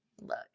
look